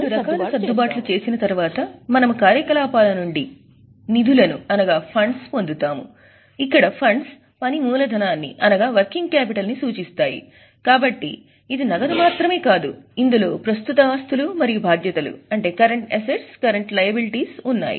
ఇప్పుడు రెండు రకాల సర్దుబాట్లు చేసిన తరువాత మనము కార్యకలాపాల నుండి నిధులను అనగా ఫండ్స్ ఉన్నాయి